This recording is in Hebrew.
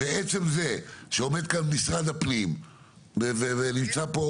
ועצם זה שעומד כאן משרד הפנים ונמצא פה